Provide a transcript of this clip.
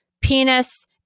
penis